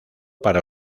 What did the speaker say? para